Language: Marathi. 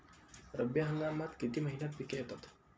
रब्बी हंगामात किती महिन्यांत पिके येतात?